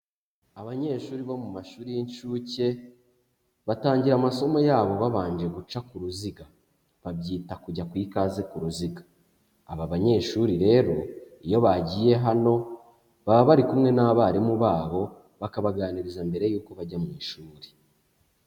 Abanyeshuri bo mu mashuri y'inshuke, batangira amasomo yabo babanje guca ku ruziga, babyita kujya ku ikaze k'uruziga, aba banyeshuri rero iyo bagiye hano, baba bari kumwe n'abarimu babo, bakabaganiriza mbere y'uko bajya mu ishuri.